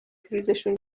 پریزشون